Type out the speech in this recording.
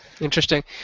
Interesting